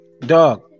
Dog